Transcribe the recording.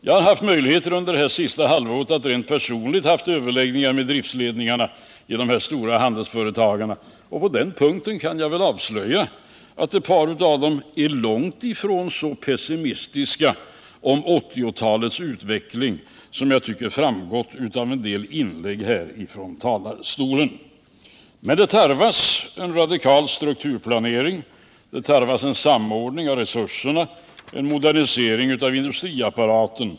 Jag har haft möjligheter under det senaste halvåret att personligen överlägga med driftsledningarna inom de stora handelsstålsföretagen, och jag kan väl avslöja att ett par av dem är långt ifrån så pessimistiska om 1980-talets utveckling som jag tycker framgått av en del inlägg här i dag. Men det tarvas en radikal strukturplanering, det tarvas samordning av resurserna och en modernisering av industriapparaten.